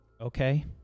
Okay